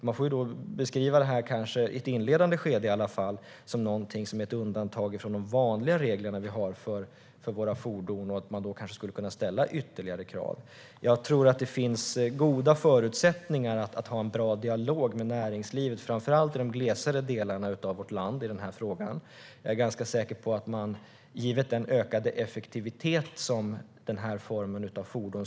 Man får då kanske beskriva det här, i alla fall i ett inledande skede, som ett undantag från de vanliga reglerna som vi har för våra fordon och då kunna ställa ytterligare krav. Jag tror att det finns goda förutsättningar att ha en bra dialog med näringslivet i den här frågan, framför allt i de glesare delarna av vårt land. Jag är ganska säker på att den här typen av fordon skulle kunna innebära ökad effektivitet.